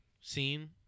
scene